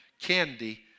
candy